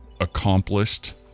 accomplished